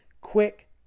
quick